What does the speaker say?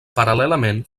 paral·lelament